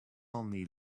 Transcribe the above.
only